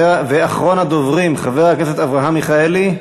אחרון הדוברים, חבר הכנסת אברהם מיכאלי,